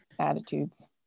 attitudes